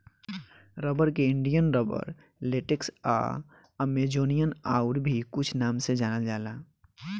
rubber के Indian rubber, latex आ Amazonian आउर भी कुछ नाम से जानल जाला